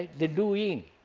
the doing.